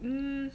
um